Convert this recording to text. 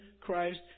Christ